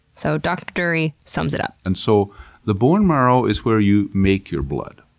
so, dr. durie sums it up. and so the bone marrow is where you make your blood,